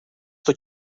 sto